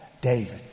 David